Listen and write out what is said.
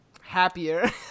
happier